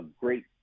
great